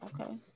okay